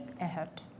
ahead